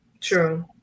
True